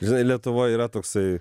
žinai lietuvoj yra toksai